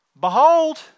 Behold